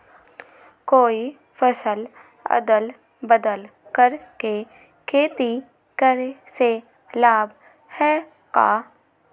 कोई फसल अदल बदल कर के खेती करे से लाभ है का?